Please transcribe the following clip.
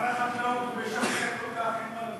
שר החקלאות משכנע כל כך.